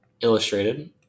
illustrated